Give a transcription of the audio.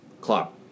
clock